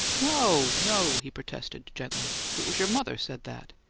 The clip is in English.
no, no, he protested, gently. it was your mother said that.